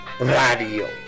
Radio